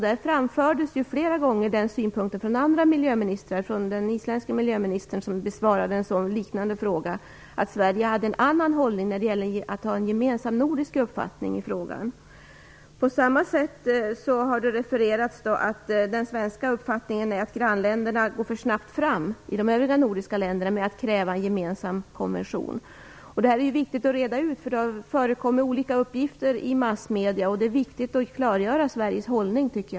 Där framfördes flera gånger från andra miljöministrar, bl.a. från den isländske miljöministern som besvarade en liknande fråga, synpunkten att Sverige hade en annan hållning när det gäller att ha en gemensam nordisk uppfattning i frågan. På samma sätt har det refererats att den svenska uppfattningen är att grannländerna, de övriga nordiska länderna, går för snabbt fram med att kräva en gemensam konvention. Det är viktigt att reda ut detta. Det har förekommit olika uppgifter i massmedierna. Det är viktigt att klargöra Sveriges hållning.